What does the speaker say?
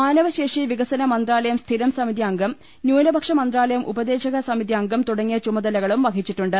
മാനവശേഷി വികസന മന്ത്രാലയം സ്ഥിരം സമിതി അംഗം ന്യൂനപക്ഷ മന്ത്രാലയം ഉപദേശകസമിതി അംഗം തുട ങ്ങിയ ചുമതലകളും വഹിച്ചിട്ടുണ്ട്